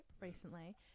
recently